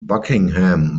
buckingham